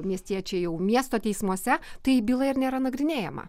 miestiečiai jau miesto teismuose tai byla ir nėra nagrinėjama